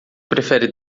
prefere